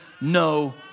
no